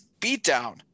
beatdown